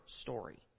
story